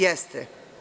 Jeste.